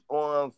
on